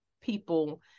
people